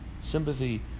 sympathy